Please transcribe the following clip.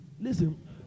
Listen